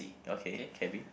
okay cabby